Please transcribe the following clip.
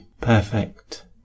perfect